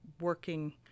working